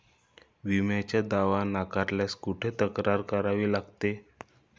विम्याचा दावा नाकारल्यास कुठे तक्रार करावी लागते?